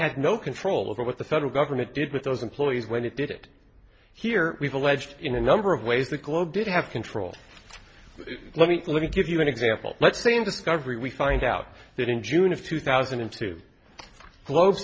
has no control over what the federal government did with those employees when it did it here we've alleged in a number of ways the globe did have control let me let me give you an example let's say in discovery we find out that in june of two thousand and two follow